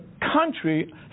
country